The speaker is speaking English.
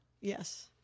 Yes